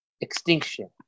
extinction